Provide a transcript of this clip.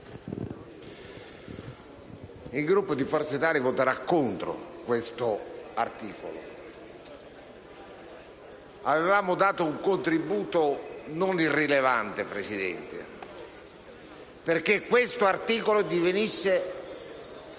il Gruppo di Forza Italia voterà contro questo articolo. Avevamo dato un contributo non irrilevante perché questo articolo divenisse